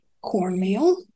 cornmeal